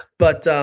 but